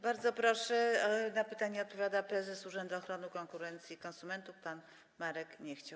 Bardzo proszę, na pytanie odpowiada prezes Urzędu Ochrony Konkurencji i Konsumentów pan Marek Niechciał.